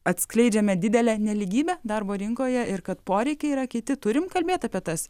atskleidžiame didelę nelygybę darbo rinkoje ir kad poreikiai yra kiti turim kalbėt apie tas